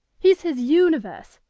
he's his universe,